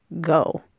go